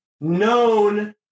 Known